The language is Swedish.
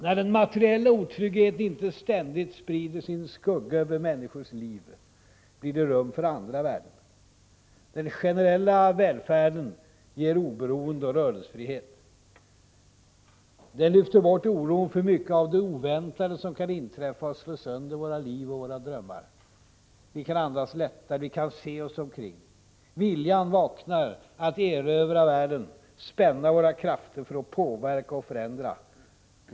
När den materiella otryggheten inte ständigt sprider sin skugga över människors liv blir det rum för andra värden. Den generella välfärden ger oberoende och rörelsefrihet. Den lyfter bort oron för mycket av det oväntade som kan inträffa och slå sönder våra liv och våra drömmar. Vi kan andas lättare. Vi kan se oss omkring. Viljan vaknar att erövra världen, spänna våra krafter för att påverka och förändra.